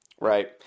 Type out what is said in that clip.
right